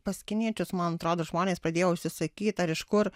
pas kiniečius man atrodo žmonės padėjo užsisakyt ar iš kur